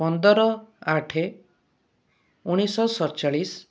ପନ୍ଦର ଆଠ ଉଣେଇଶିଶହ ସତଚାଳିଶି